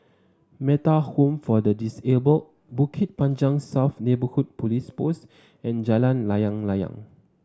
Metta Home for the Disabled Bukit Panjang South Neighbourhood Police Post and Jalan Layang Layang